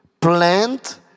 plant